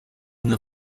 una